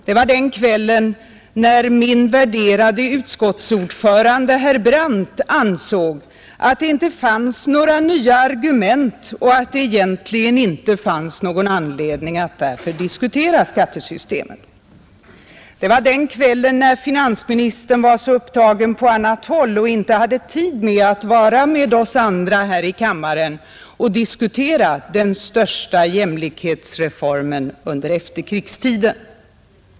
Det var den kvällen som min värdera utskottsordförande herr Brandt ansåg att det inte fanns några nya argument och att det egentligen inte fanns någon anledning att diskutera skattesystemet. Det var den kvällen finansministern var upptagen på annat håll och inte hade tid att vara med oss andra här i kammaren och diskutera ”den största jämlikhetsreformen under efterkrigstiden”.